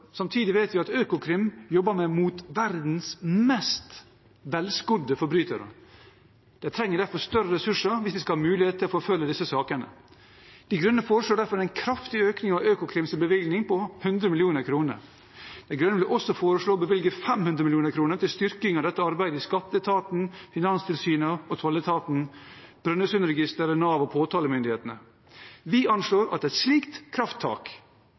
Samtidig vet vi at Økokrim jobber mot verdens mest velskodde forbrytere. De trenger derfor større ressurser hvis de skal ha mulighet til å forfølge disse sakene. De Grønne foreslår derfor en kraftig økning av Økokrims bevilgning på 100 mill. kr. De Grønne vil også foreslå å bevilge 500 mill. kr til styrking av dette arbeidet i skatteetaten, Finanstilsynet og tolletaten, Brønnøysundregistrene, Nav og påtalemyndighetene. Vi anslår at et slikt krafttak